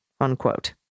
unquote